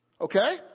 okay